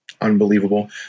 unbelievable